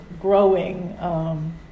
growing